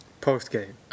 post-game